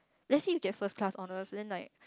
let's say you get first class honours and then like